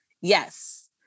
Yes